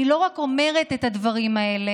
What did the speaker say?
אני לא רק אומרת את הדברים האלה,